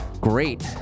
great